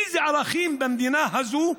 איזה ערכים במדינה הזו,